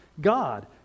God